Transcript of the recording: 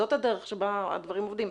זאת הדרך שבה הדברים עובדים פה.